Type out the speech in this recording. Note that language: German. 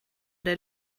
der